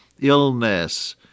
illness